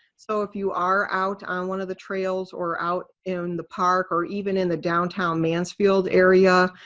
so if you are out on one of the trails, or out in the park or even in the downtown mansfield area,